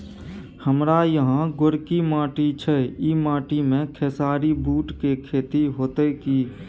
हमारा यहाँ गोरकी माटी छै ई माटी में खेसारी, बूट के खेती हौते की?